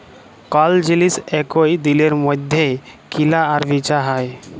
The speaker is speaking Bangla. কল জিলিস একই দিলের মইধ্যে কিলা আর বিচা হ্যয়